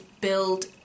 build